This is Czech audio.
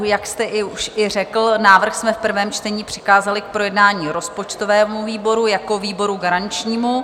Jak jste už i řekl, návrh jsme v prvém čtení přikázali k projednání rozpočtovému výboru jako výboru garančnímu.